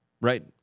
right